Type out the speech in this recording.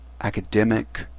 academic